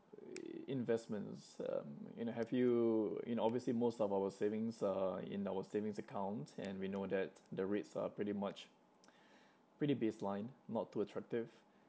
investments um you know have you you know obviously most of our savings are in our savings accounts and we know that the rates are pretty much pretty baseline not too attractive